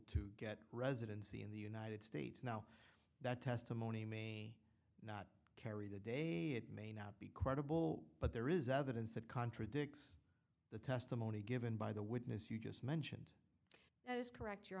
to get residency in the united states now that testimony may not carry the day it may not be credible but there is evidence that contradicts the testimony given by the witness you just mentioned that is correct your